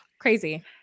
crazy